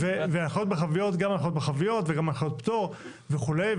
להיות מרחביות וגם הנחיות פטור וכו'.